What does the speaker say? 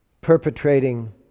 perpetrating